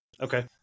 Okay